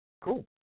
cool